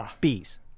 Bees